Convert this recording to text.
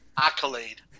accolade